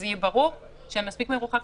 ושיהיה ברור שהן מספיק מרוחקות,